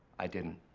i didn't.